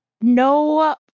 No